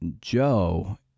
Joe